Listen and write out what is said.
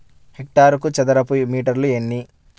హెక్టారుకు చదరపు మీటర్లు ఎన్ని?